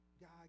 God